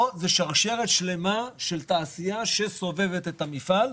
פה זו שרשרת שלמה של תעשייה שסובבת את המפעל.